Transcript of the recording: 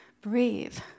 breathe